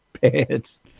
pants